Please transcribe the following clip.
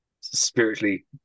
spiritually